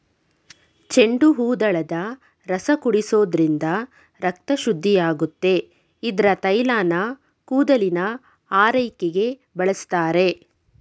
ಚೆಂಡುಹೂದಳದ ರಸ ಕುಡಿಸೋದ್ರಿಂದ ರಕ್ತ ಶುದ್ಧಿಯಾಗುತ್ತೆ ಇದ್ರ ತೈಲನ ಕೂದಲಿನ ಆರೈಕೆಗೆ ಬಳಸ್ತಾರೆ